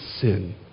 sin